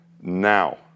now